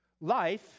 Life